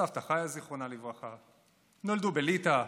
סבתא חיה, זיכרונה לברכה, נולדו בליטא,